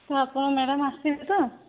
ତ ଆପଣ ମ୍ୟାଡ଼ାମ୍ ଆସିବେ ତ